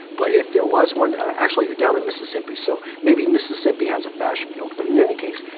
but if there was one actually, you're down in mississippi, so maybe mississippi has a fashion guild, but in any case,